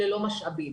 ללא משאבים.